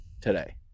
today